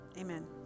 amen